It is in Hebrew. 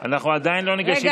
אנחנו עדיין לא ניגשים להצבעה.